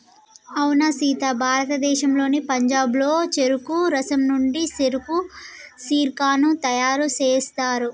అవునా సీత భారతదేశంలోని పంజాబ్లో చెరుకు రసం నుండి సెరకు సిర్కాను తయారు సేస్తారు